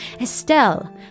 Estelle